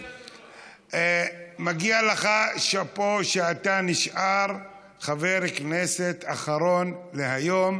מגיע לך שאפו שאתה נשאר חבר הכנסת אחרון להיום.